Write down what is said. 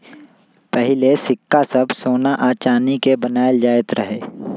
पहिले सिक्का सभ सोना आऽ चानी के बनाएल जाइत रहइ